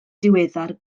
diweddar